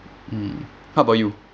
mm how about you